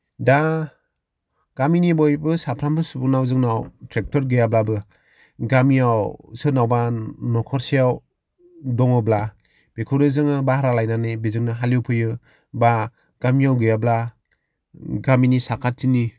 दा गामिनि बयबो साफ्रोमबो सुबुंनाव जोंनाव ट्रेक्टर गैयाब्लाबो गामियाव सोरनावबा नखरसेआव दङब्ला बेखौनो जोङो भारा लायनानै बेजोंनो हालेवफैयो बा गामियाव गैयाब्ला गामिनि साखाथिनि